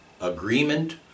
agreement